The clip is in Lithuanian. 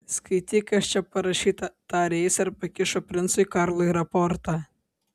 skaityk kas čia parašyta tarė jis ir pakišo princui karlui raportą